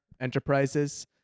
Enterprises